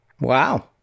Wow